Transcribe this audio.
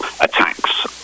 attacks